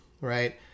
right